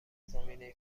زمینه